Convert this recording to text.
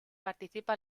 participa